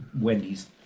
Wendy's